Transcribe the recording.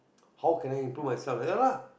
how can I improve myself like that lah